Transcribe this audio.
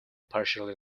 partially